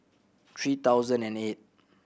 three thousand and eight